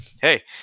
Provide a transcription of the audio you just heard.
Hey